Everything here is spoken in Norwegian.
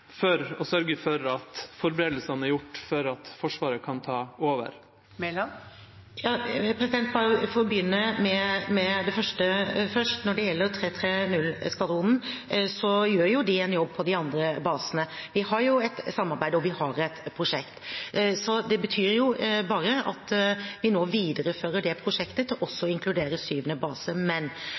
for å sørge for at forberedelsene blir gjort for at Forsvaret kan ta over? Bare for å begynne med det første først: Når det gjelder 330-skvadronen, gjør jo de en jobb på de andre basene. Vi har et samarbeid, og vi har et prosjekt. Det betyr bare at vi nå viderefører det prosjektet til også å inkludere en syvende base.